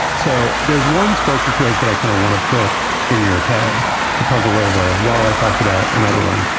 so there's one sparkle quiz that i kind of want to put in your head to puzzle over while i talk about another one.